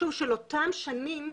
שוב של אותן שנים,